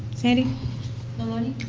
sandy maloney?